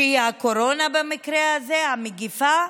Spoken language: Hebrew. שהיא הקורונה, במקרה הזה, המגפה,